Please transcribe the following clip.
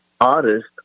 Artist